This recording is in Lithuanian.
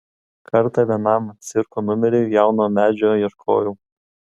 kartą vienam cirko numeriui jauno medžio ieškojau